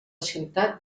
ciutat